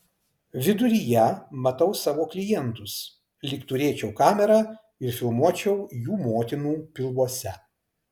viduryje matau savo klientus lyg turėčiau kamerą ir filmuočiau jų motinų pilvuose